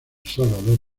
salvador